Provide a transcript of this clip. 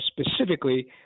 specifically –